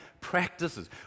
practices